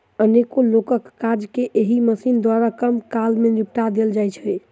अनेको लोकक काज के एहि मशीन द्वारा कम काल मे निपटा देल जाइत छै